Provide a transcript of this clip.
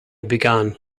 began